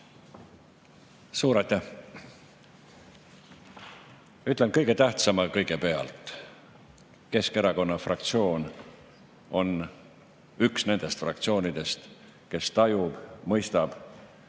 Suur aitäh! Ütlen kõige tähtsama kõigepealt. Keskerakonna fraktsioon on üks nendest fraktsioonidest, kes tajub [ohtu